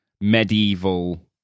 medieval